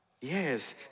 Yes